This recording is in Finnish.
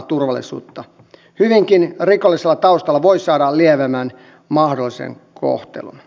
hyvinkin rikollisella taustalla voi saada lievimmän mahdollisen kohtelun